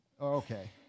Okay